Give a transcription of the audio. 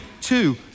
two